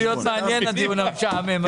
התחיל להיות מעניין הדיון המשעמם הזה.